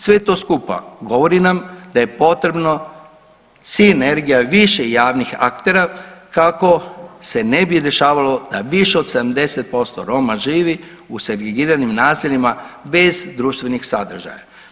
Sve to skupa govori nam da je potrebno sinergija više javnih aktera kako se ne bi dešavalo da više od 70% Roma živi u segregiranim naseljima bez društvenih sadržaja.